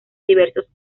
diversos